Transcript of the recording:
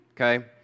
Okay